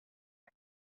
pas